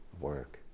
work